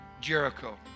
Jericho